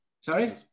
Sorry